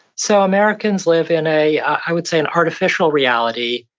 so americans live in a, i would say, an artificial reality,